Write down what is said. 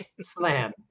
slam